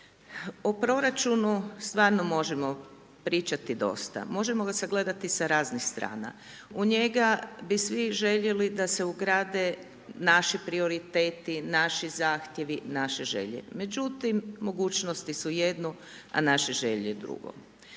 O proračunu stvarno možemo pričati dosta, možemo ga sagledati sa raznih strana, u njega bi svi željeli da se ugrade naši prioriteti, naši zahtjevi, naše želje. Međutim, mogućnosti su jedno a naše želje drugo.